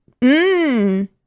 Mmm